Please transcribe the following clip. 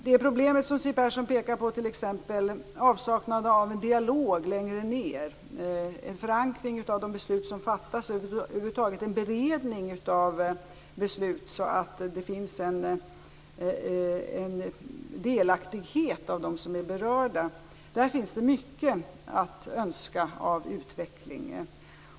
Siw Persson pekar på några problem, t.ex. avsaknad av en dialog på lägre nivå, av en förankring av de beslut som fattas, av en beredning av beslut så att de som är berörda blir delaktiga. Där finns det mycket att önska av utvecklingen.